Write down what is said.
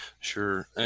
Sure